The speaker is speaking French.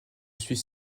suis